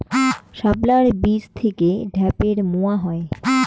শাপলার বীজ থেকে ঢ্যাপের মোয়া হয়?